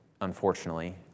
unfortunately